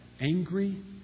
Angry